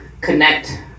connect